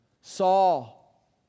Saul